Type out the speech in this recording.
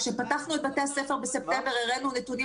כשפתחנו את בתי הספר בספטמבר הראנו נתונים